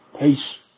Peace